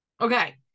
okay